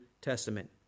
Testament